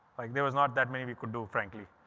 like there was not that many we could do, frankly,